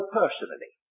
personally